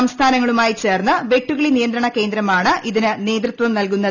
സംസ്ഥാനങ്ങളുമായി ചേർന്ന് വെട്ടുകിളി നിയന്ത്രണ കേന്ദ്രമാണ് ഇതിന് നേതൃത്വം നൽകുന്നത്